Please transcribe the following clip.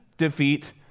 defeat